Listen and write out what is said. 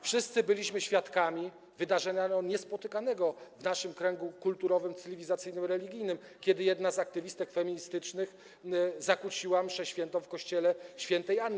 Wszyscy byliśmy świadkami wydarzenia niespotykanego w naszym kręgu kulturowym, cywilizacyjnym i religijnym, kiedy jedna z aktywistek feministycznych zakłóciła mszę św. w kościele św. Anny.